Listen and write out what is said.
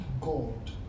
God